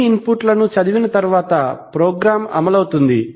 అన్ని ఇన్పుట్ లను చదివిన తర్వాత ప్రోగ్రామ్ లాజిక్ అమలు అవుతుంది